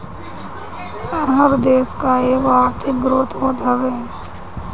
हर देस कअ एगो आर्थिक ग्रोथ होत हवे